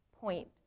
point